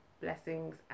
Blessings